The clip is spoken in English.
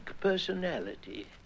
personality